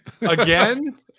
Again